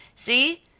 see!